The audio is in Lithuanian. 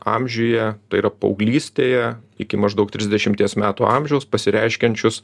amžiuje tai yra paauglystėje iki maždaug trisdešimties metų amžiaus pasireiškiančius